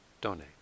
donate